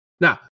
Now